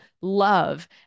love